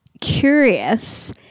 curious